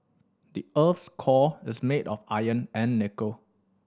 the earth's core is made of iron and nickel